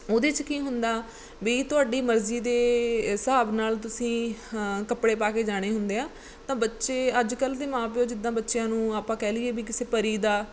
ਉਹਦੇ 'ਚ ਕੀ ਹੁੰਦਾ ਵੀ ਤੁਹਾਡੀ ਮਰਜ਼ੀ ਦੇ ਹਿਸਾਬ ਨਾਲ ਤੁਸੀਂ ਹਾਂ ਕੱਪੜੇ ਪਾ ਕੇ ਜਾਣੇ ਹੁੰਦੇ ਆ ਤਾਂ ਬੱਚੇ ਅੱਜ ਕੱਲ੍ਹ ਦੇ ਮਾਂ ਪਿਓ ਜਿੱਦਾਂ ਬੱਚਿਆਂ ਨੂੰ ਆਪਾਂ ਕਹਿ ਲਈਏ ਵੀ ਕਿਸੇ ਪਰੀ ਦਾ